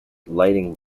lightning